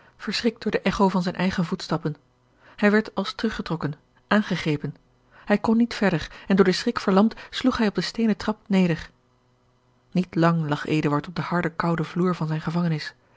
verschrikt door de echo van zijne eigene voetstappen hij werd als teruggetrokken aangegrepen hij kon niet verder en door den schrik verlamd sloeg hij op den steenen trap neder niet lang lag eduard op den harden kouden vloer van zijne gevangenis